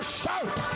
shout